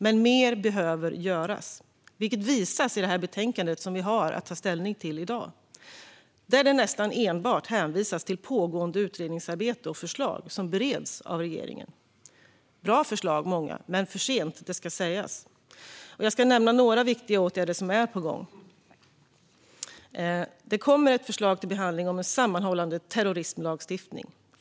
Men mer behöver göras, vilket visas i det betänkande som vi har att ta ställning till i dag där det nästan enbart hänvisas till pågående utredningarbete och förslag som bereds av regeringen. Många förslag är bra - men kommer för sent, ska sägas. Jag ska nämna några viktiga åtgärder som är på gång. Det kommer ett förslag till behandling om en sammanhållande terrorismlagstiftning.